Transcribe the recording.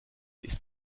ist